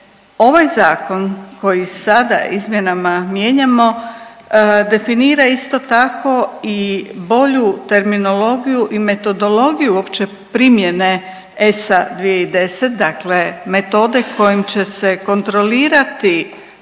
ovaj zakon koji sada izmjenama mijenjamo definira isto tako i bolju terminologiju i metodologiju uopće primjene ESA2010, dakle metode kojom će se kontrolirati